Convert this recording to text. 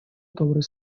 добрые